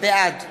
בעד